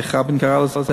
איך רבין קרא לזה?